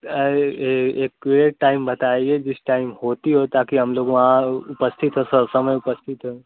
अरे accurate time बताइए जिस टाइम होती हो ताकि हम लोग वहाँ उपस्थित हों सब समय उपस्थित हों